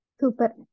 Super